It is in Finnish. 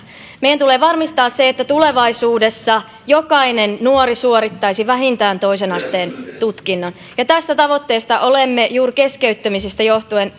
meidän tulee varmistaa se että tulevaisuudessa jokainen nuori suorittaisi vähintään toisen asteen tutkinnon ja tästä tavoitteesta olemme juuri keskeyttämisistä johtuen